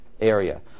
area